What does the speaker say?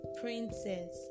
princess